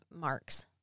marks